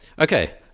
Okay